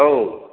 औ